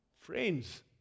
Friends